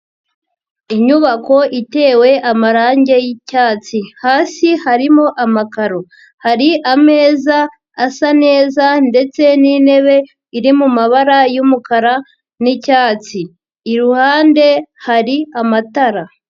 Inyubako itewe amarangi y'icyatsi. Hasi harimo amakaro. Hari ameza asa neza ndetse n'intebe iri mu mabara y'umukara n'icyatsi. Iruhande hari amatara.